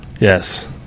yes